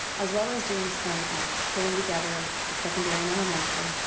as well as doing some pulling together of secondary and elementary,